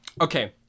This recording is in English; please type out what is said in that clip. Okay